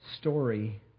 story